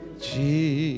Jesus